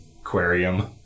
aquarium